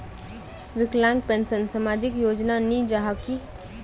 विकलांग पेंशन सामाजिक योजना नी जाहा की?